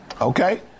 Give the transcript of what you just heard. Okay